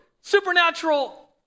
Supernatural